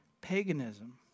paganism